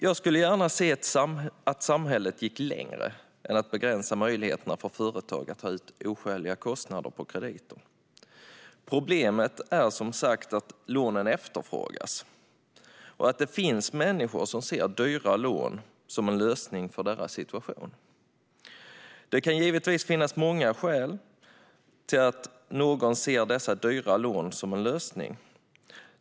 Jag skulle gärna se att samhället gick längre än att begränsa möjligheterna för företag att ta ut oskäliga kostnader på krediter. Problemet är, som sagt, att lånen efterfrågas och att det finns människor som ser dyra lån som en lösning för sin situation. Det kan givetvis finnas många skäl till att någon ser dessa dyra lån som en lösning.